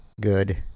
good